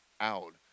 out